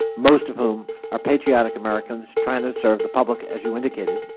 most of whom are patriotic americans trying to serve the public as you indicated,